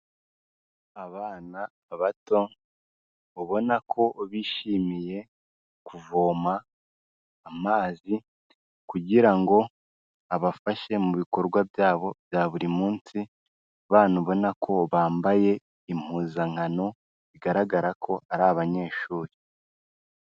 Abana bato ubona ko bishimiye kuvoma amazi, kugira ngo abafashe mu bikorwa byabo bya buri munsi, abana ubona ko bambaye impuzankano, bigaragara ko ari abanyeshuri.